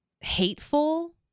hateful